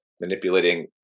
manipulating